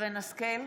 שרן מרים השכל,